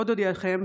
עוד אודיעכם,